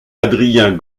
adrien